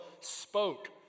spoke